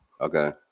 Okay